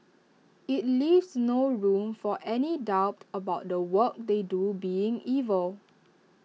IT leaves no room for any doubt about the work they do being evil